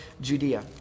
Judea